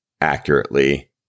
accurately